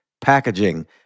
packaging